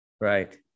Right